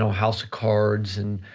so house of cards and